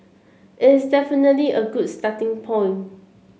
it is definitely a good starting point